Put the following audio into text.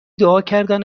دعاکردن